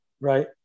right